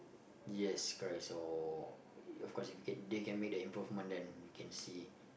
yes correct so of course if they can they can make the improvement then we can see